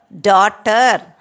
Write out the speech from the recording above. daughter